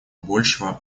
большего